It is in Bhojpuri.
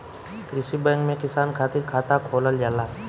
कृषि बैंक में किसान खातिर खाता खोलल जाला